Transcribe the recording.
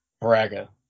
Braga